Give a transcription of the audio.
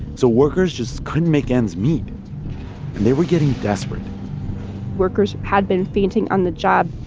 so workers just couldn't make ends meet, and they were getting desperate workers had been fainting on the job,